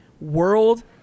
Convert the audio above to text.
World